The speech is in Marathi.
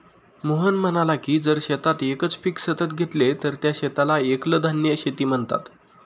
मोहन म्हणाला की जर शेतात एकच पीक सतत घेतले तर त्या शेताला एकल धान्य शेती म्हणतात